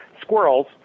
squirrels